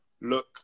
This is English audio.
look